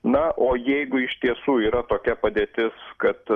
na o jeigu iš tiesų yra tokia padėtis kad